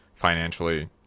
financially